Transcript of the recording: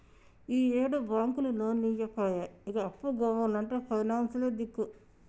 ఈయేడు బాంకులు లోన్లియ్యపాయె, ఇగ అప్పు కావాల్నంటే పైనాన్సులే దిక్కు